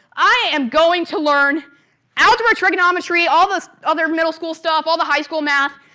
i am going to learn algebra, trigonometry, all this other middle school stuff, all the high school math,